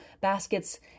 baskets